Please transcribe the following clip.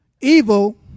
Evil